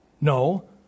No